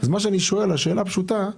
שואל שאלה פשוטה.